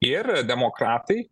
ir demokratai